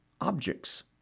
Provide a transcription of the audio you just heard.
objects